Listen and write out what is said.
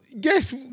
Guess